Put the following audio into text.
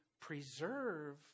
preserve